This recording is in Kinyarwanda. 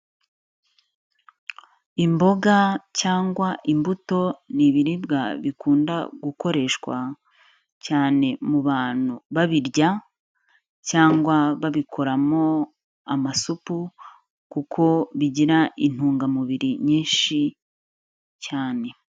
Imboga cyangwa imbuto ni ibiribwa bikunda gukoreshwa cyane mu bantu, babirya cyangwa babikoramo amasupu kuko bigira intungamubiri nyinshi cyane.